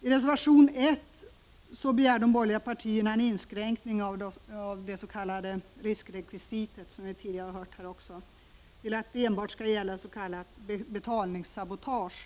I reservation 1 begär de borgerliga partierna en inskränkning av det s.k. riskrekvisitet, som vi tidigare har hört, till att enbart gälla s.k. betalningssabotage.